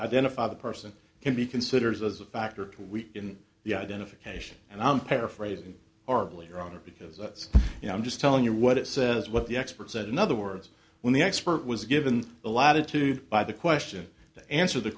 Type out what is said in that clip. identify the person can be considered as a factor too weak in the identification and i'm paraphrasing horribly ironic because it's you know i'm just telling you what it says what the expert said in other words when the expert was given the latitude by the question to answer the